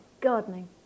gardening